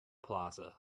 plaza